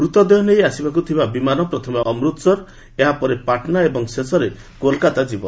ମୃତଦେହ ନେଇ ଆସିବାକୁ ଥିବା ବିମାନ ପ୍ରଥମେ ଅମୃତସର ଏହାପରେ ପାଟନା ଏବଂ ଶେଷରେ କୋଲକାତା ଯିବ